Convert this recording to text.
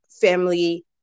family